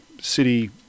city